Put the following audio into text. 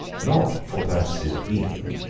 not for purposes of reading,